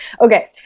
Okay